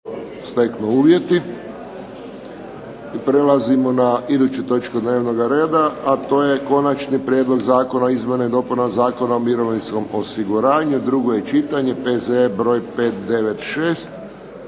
Josip (HSS)** I prelazimo na iduću točku dnevnoga reda, a to je –- Konačni prijedlog Zakona o izmjenama i dopunama Zakona o mirovinskom osiguranju, drugo čitanje, P.Z. br. 596